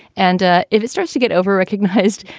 and ah if it starts to get over recognized,